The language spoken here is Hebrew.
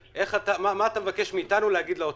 מה אתה מבקש מאתנו להגיד לו?